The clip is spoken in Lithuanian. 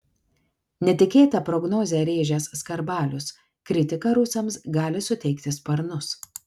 netikėtą prognozę rėžęs skarbalius kritika rusams gali suteikti sparnus